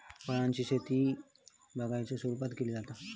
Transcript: फळांची शेती बागेच्या स्वरुपात केली जाता